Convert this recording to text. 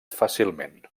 fàcilment